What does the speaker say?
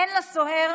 אין לסוהר